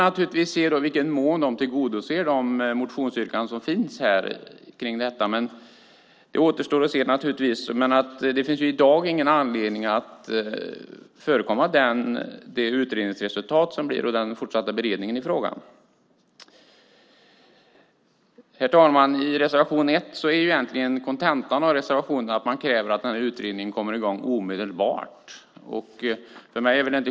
Naturligtvis får vi se i vilken mån man kan tillgodose förslagen i motionsyrkandena om detta. Det återstår att se. Det finns i dag ingen anledning att förekomma utredningsresultatet och den fortsatta beredningen i frågan. Herr talman! I reservation 1 är kontentan att man kräver att utredningen kommer i gång omedelbart.